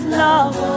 love